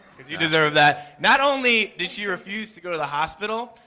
because you deserve that. not only did she refuse to go to the hospital,